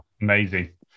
Amazing